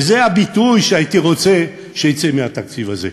וזה הביטוי שהייתי רוצה שיצא מהתקציב הזה,